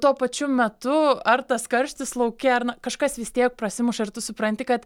tuo pačiu metu ar tas karštis lauke ar na kažkas vis tiek prasimuša ir tu supranti kad